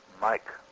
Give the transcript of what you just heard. Mike